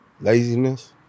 laziness